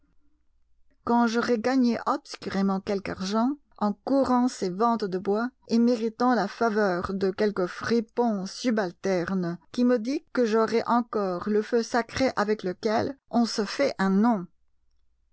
quand j'aurai gagné obscurément quelque argent en courant ces ventes de bois et méritant la faveur de quelques fripons subalternes qui me dit que j'aurai encore le feu sacré avec lequel on se fait un nom